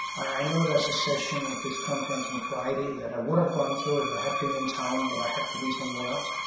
i know that's a session at this conference on friday that i would have gone to if i ah had been in town, but i have to be somewhere else.